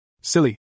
Silly